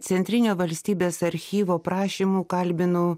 centrinio valstybės archyvo prašymu kalbinau